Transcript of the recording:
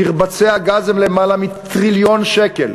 מרבצי הגז הם למעלה מטריליון שקל,